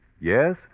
Yes